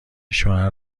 شوهر